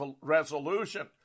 resolution